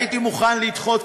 הייתי מוכן לדחות,